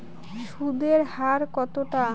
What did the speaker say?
সুদের হার কতটা?